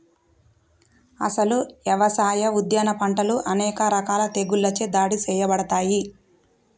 అసలు యవసాయ, ఉద్యాన పంటలు అనేక రకాల తెగుళ్ళచే దాడి సేయబడతాయి